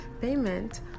payment